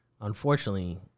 unfortunately